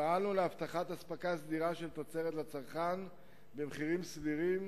פעלנו להבטחת אספקה סדירה של תוצרת לצרכן במחירים סבירים,